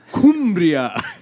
Cumbria